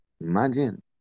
Imagine